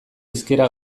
hizkera